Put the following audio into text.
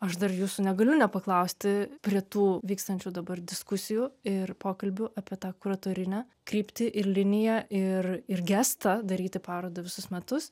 aš dar jūsų negaliu nepaklausti prie tų vykstančių dabar diskusijų ir pokalbių apie tą kuratorinę kryptį ir liniją ir ir gestą daryti parodą visus metus